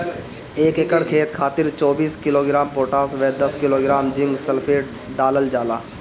एक एकड़ खेत खातिर चौबीस किलोग्राम पोटाश व दस किलोग्राम जिंक सल्फेट डालल जाला?